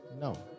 No